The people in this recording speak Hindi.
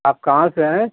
आप कहाँ से हैं